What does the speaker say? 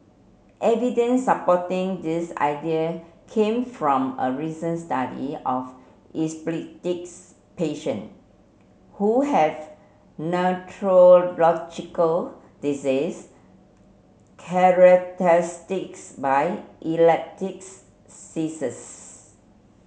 evidence supporting this idea came from a recent study of epileptics patient who have neurological diseases characteristics by epileptic seizures